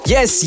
Yes